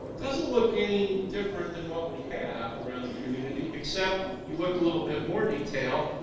doesn't look any different that what we have around the community except you look a little bit more detail,